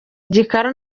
igikara